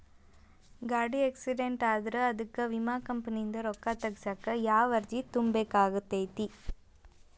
ಗಾಡಿ ಆಕ್ಸಿಡೆಂಟ್ ಆದ್ರ ಅದಕ ವಿಮಾ ಕಂಪನಿಯಿಂದ್ ರೊಕ್ಕಾ ತಗಸಾಕ್ ಯಾವ ಅರ್ಜಿ ತುಂಬೇಕ ಆಗತೈತಿ?